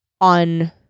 on